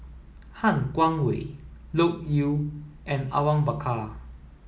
Han Guangwei Loke Yew and Awang Bakar